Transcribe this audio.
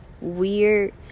weird